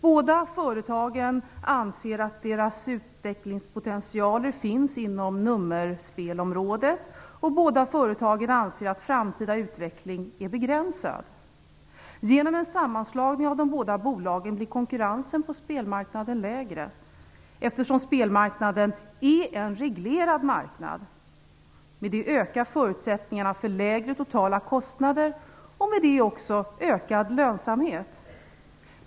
Båda företagen anser att deras utvecklingspotentialer finns inom nummerspelområdet, och båda företagen anser att möjligheten till framtida utveckling är begränsad. Genom en sammanslagning av de båda bolagen blir konkurrensen på spelmarknaden lägre. Eftersom spelmarknaden är en reglerad marknad ökar förutsättningarna för lägre totala kostnader och därmed också för ökad lönsamhet.